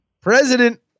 president